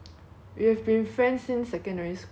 we have been friends since secondary school [what]